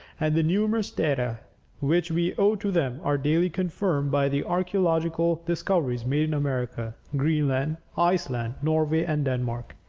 and the numerous data which we owe to them are daily confirmed by the archaeological discoveries made in america, greenland, iceland, norway, and denmark.